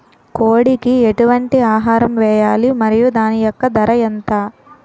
కోడి కి ఎటువంటి ఆహారం వేయాలి? మరియు దాని యెక్క ధర ఎంత?